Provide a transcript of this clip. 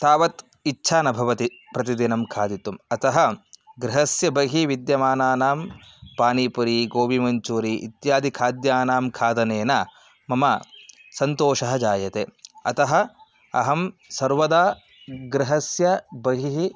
तावत् इच्छा न भवति प्रतिदिनं खादितुम् अतः गृहस्य बहिः विद्यमानानां पानिपुरि गोबिमञ्चूरि इत्यादिखाद्यानां खादनेन मम सन्तोषः जायते अतः अहं सर्वदा गृहस्य बहिः